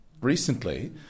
recently